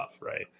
right